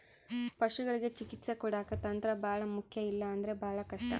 ಪಶುಗಳಿಗೆ ಚಿಕಿತ್ಸೆ ಕೊಡಾಕ ತಂತ್ರ ಬಹಳ ಮುಖ್ಯ ಇಲ್ಲ ಅಂದ್ರೆ ಬಹಳ ಕಷ್ಟ